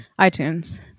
itunes